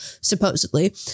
supposedly